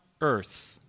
earth